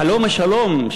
חלום השלום,